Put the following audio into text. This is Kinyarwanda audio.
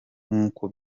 nk’uko